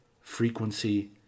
frequency